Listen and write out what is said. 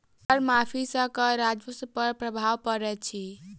कर माफ़ी सॅ कर राजस्व पर प्रभाव पड़ैत अछि